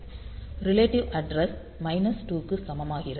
relative address minus 2 க்கு சமமாகிறது